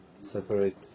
Separate